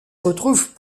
retrouve